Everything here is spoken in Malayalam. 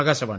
ആകാശവാണി